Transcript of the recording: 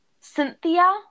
Cynthia